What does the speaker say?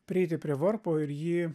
prieiti prie varpo ir jį